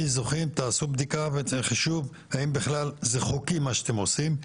מזוכים תעשו בדיקה וחישוב האם זה בכלל חוקי מה שאתם עושים,